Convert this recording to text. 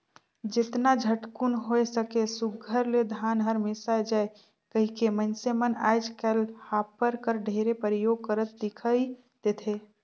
जेतना झटकुन होए सके सुग्घर ले धान हर मिसाए जाए कहिके मइनसे मन आएज काएल हापर कर ढेरे परियोग करत दिखई देथे